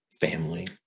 family